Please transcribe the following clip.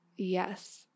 Yes